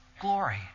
glory